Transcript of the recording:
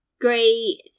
great